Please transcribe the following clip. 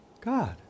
God